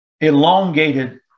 elongated